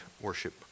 worship